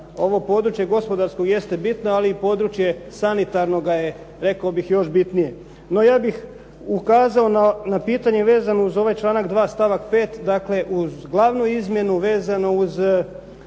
ovo područje gospodarsko jeste bitno, ali i područje sanitarnoga je rekao bih još bitnije, no ja bih ukazao na pitanje vezano uz ovaj članak 2. stavak 5. dakle uz glavnu izmjenu vezano uz